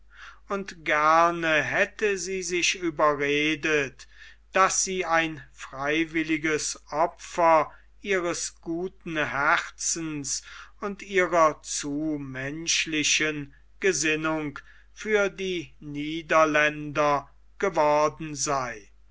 und gerne hätte sie sich überredet daß sie ein freiwilliges opfer ihres guten herzens und ihrer zu menschlichen gesinnung für die niederländer geworden sei